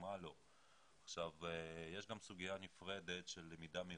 יש סוגיה נפרדת של למידה מרחוק.